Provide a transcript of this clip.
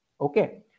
Okay